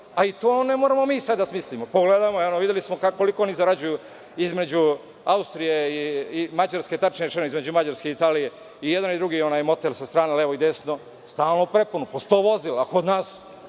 A i to ne moramo mi sve da smislimo. Eno videli smo koliko oni zarađuje između Austrije i Mađarske, tačnije rečeno između Mađarske i Italije, i jedan i drugi motel sa strane, levo i desno. Stalno prepuno. Po sto vozila, a kod nas